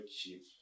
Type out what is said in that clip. cheap